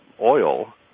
oil